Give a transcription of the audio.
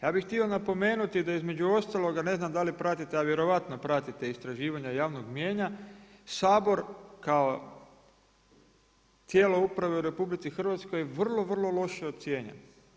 Ja bi htio napomenuti da između ostaloga, ne znam da li pratite, a vjerojatno pratite istraživanje javnog mnijenja, Sabor kao tijelo uprave u RH vrlo, vrlo loše je ocijenjen.